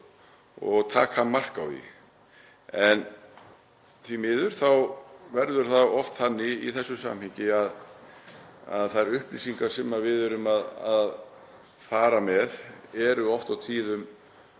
og taka mark á því. Því miður verður það oft þannig í þessu samhengi að þær upplýsingar sem við erum að fara með eru oft og tíðum